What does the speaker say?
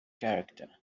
character